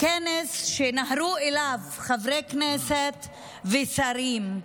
כנס שנהרו אליו חברי כנסת ושרים,